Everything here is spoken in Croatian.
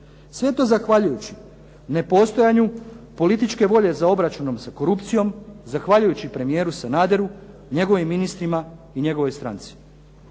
je to zahvaljujući nepostojanju političke volje za obračunom sa korupcijom, zahvaljujući premijeru Sanaderu, njegovim ministrima i njegovoj stranci.